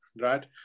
right